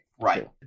Right